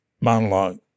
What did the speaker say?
monologue